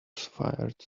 fired